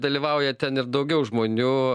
dalyvauja ten ir daugiau žmonių